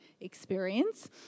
experience